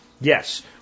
Yes